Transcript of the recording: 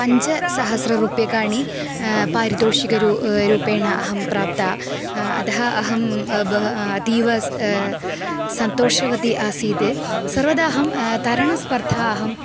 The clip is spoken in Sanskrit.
पञ्चसहस्ररूप्यकाणि पारितोषकरूपेण अहं प्राप्ता अतः अहं बहु अतीव सन्तोषवती आसीद् सर्वदा अहं तरणस्पर्धा अहं